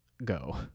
go